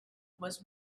was